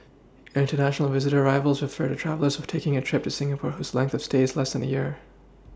international visitor arrivals refer to travellers taking a trip to Singapore whose length of stay is less than a year